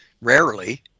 Rarely